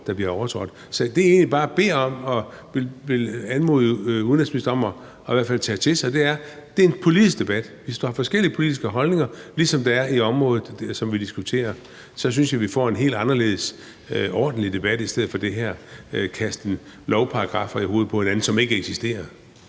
der bliver overtrådt. Så det, jeg egentlig bare beder om og vil anmode udenrigsministeren om i hvert fald at tage til sig, er, at det er en politisk debat med forskellige politiske holdninger, ligesom der er i området, som vi diskuterer. Så synes jeg, at vi får en helt anderledes ordentlig debat i stedet for det her kasten lovparagraffer, som ikke eksisterer,